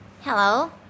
Hello